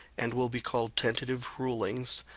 and will be called tentative rulings,